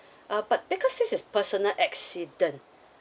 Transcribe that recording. uh but because this is personal accident